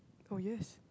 orh yes